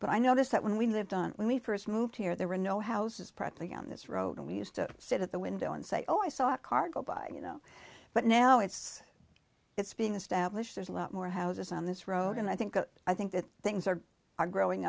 but i notice that when we have done when we first moved here there were no houses presently on this road and we used to sit at the window and say oh i saw a car go by you know but now it's it's being established there's a lot more houses on this road and i think i think that things are are growing